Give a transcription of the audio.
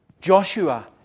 Joshua